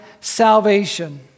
salvation